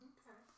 Okay